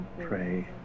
Pray